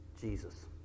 Jesus